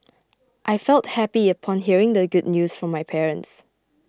I felt happy upon hearing the good news from my parents